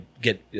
get